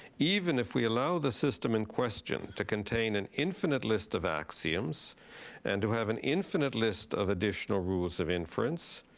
even if we allow the system in question to contain an infinite list of axioms and to have an infinite list of additional rules of inference,